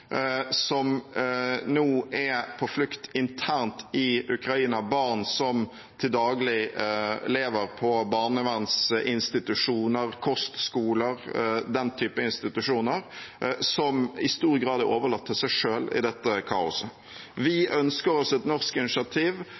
som nå er på flukt internt i Ukraina, barn som til daglig lever på barnevernsinstitusjoner, kostskoler, den type institusjoner, som i stor grad er overlatt til seg selv i dette kaoset. Vi ønsker oss et norsk initiativ